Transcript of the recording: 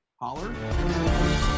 Holler